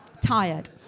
tired